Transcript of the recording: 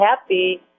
happy